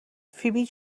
فیبی